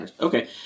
okay